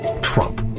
Trump